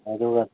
ꯑꯗꯨꯒ